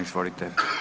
Izvolite.